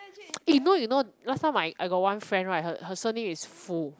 eh you know you know last time my I got one friend right her her surname is foo